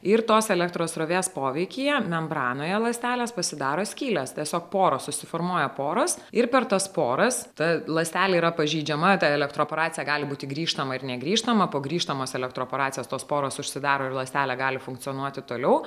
ir tos elektros srovės poveikyje membranoje ląstelės pasidaro skylės tiesiog poros susiformuoja poros ir per tas poras ta ląstelė yra pažeidžiama ta elektroporacija gali būti grįžtama ir negrįžtama po grįžtamos elektroporaciją tos poros užsidaro ir ląstelė gali funkcionuoti toliau